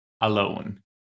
alone